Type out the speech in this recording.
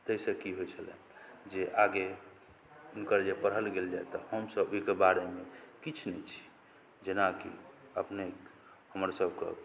तहिसँ की होइ छलै जे आगे हुनकर जे पढ़ल गेल जाए तऽ हमसब ओहिके बारेमे किछु नहि छी जेनाकि अपने हमर सभके